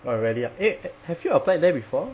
oh really eh eh have you applied there before